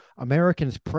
Americans